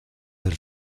del